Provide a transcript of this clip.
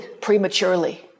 prematurely